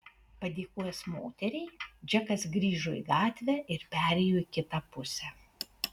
padėkojęs moteriai džekas grįžo į gatvę ir perėjo į kitą pusę